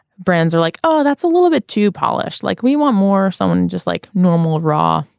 brands are like oh that's a little bit too polished like we want more someone just like normal raw.